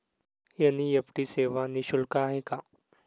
NEFT सेवा निःशुल्क आहे का?